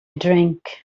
drink